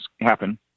happen